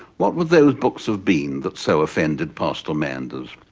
what would those books have been that so offended pastor manders?